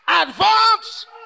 advance